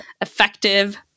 effective